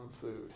food